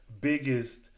biggest